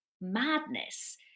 madness